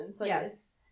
yes